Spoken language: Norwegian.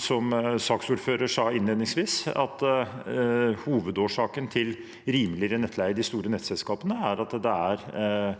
som saksordfører sa innledningsvis: Hovedårsaken til rimeligere nettleie i de store nettselskapene, er at det er